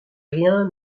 rien